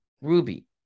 Ruby